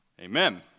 Amen